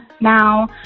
now